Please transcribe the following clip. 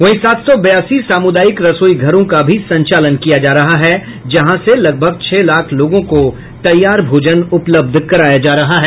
वहीं सात सौ बयासी सामुदायिक रसोई घरों का भी संचालित किया जा रहा है जहां से लगभग छह लाख लोगों को तैयार भोजन उपलब्ध कराया जा रहा है